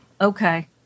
Okay